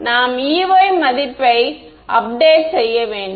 நாம் Ey மதிப்பை update செய்ய வேண்டும்